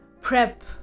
prep